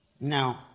No